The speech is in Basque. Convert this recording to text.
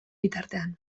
bitartean